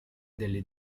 della